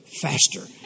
faster